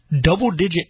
double-digit